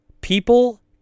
people